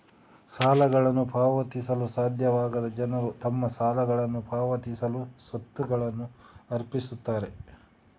ಸಾಲಗಳನ್ನು ಪಾವತಿಸಲು ಸಾಧ್ಯವಾಗದ ಜನರು ತಮ್ಮ ಸಾಲಗಳನ್ನ ಪಾವತಿಸಲು ಸ್ವತ್ತುಗಳನ್ನ ಅರ್ಪಿಸುತ್ತಾರೆ